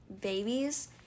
babies